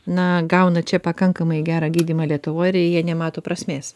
na gauna čia pakankamai gerą gydymą lietuvoj ir jie nemato prasmės